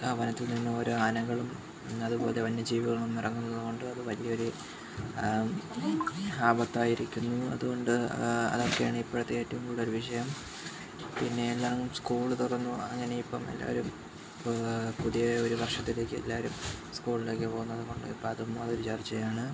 വനത്തില്നിന്ന് ഓരോ ആനകളും പിന്നെ അതുപോലെ വന്യജീവികളും ഇറങ്ങുന്നതുകൊണ്ട് അത് വലിയൊരു ആപത്തായിരിക്കുന്നു അതുകൊണ്ട് അതൊക്കെയാണ് ഇപ്പോഴത്തെ ഏറ്റവും കൂടുതല് വിഷയം പിന്നെ എല്ലാ സ്കൂള് തുറന്നു അങ്ങനെ ഇപ്പം എല്ലാവരും പുതിയ ഒരു വര്ഷത്തിലേക്ക് എല്ലാവരും സ്കൂളിലേക്ക് പോകുന്നതുകൊണ്ട് ഇപ്പം അതും ഒരു ചര്ച്ചയാണ്